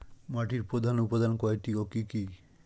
মাটির প্রধান উপাদান কয়টি ও কি কি?